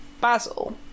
basil